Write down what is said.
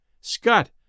Scott